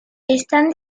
están